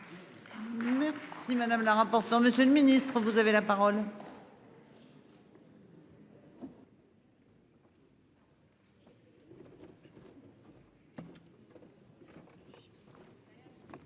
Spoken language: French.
Merci madame la rapporteure. Monsieur le Ministre, vous avez la parole.